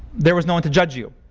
there was no one to judge you.